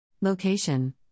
Location